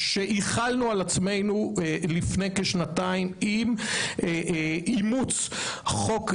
שהחלנו על עצמנו לפני כשנתיים, עם אימוץ חוק יסוד: